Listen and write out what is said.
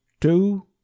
Two